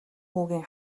хүүгийн